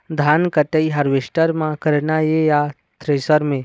धान कटाई हारवेस्टर म करना ये या थ्रेसर म?